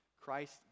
Christ